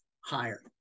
higher